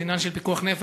זה עניין של פיקוח נפש,